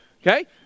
Okay